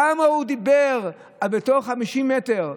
כמה הוא דיבר בתוך 50 מטר,